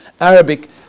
Arabic